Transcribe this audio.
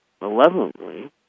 malevolently